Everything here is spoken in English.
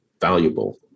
valuable